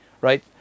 right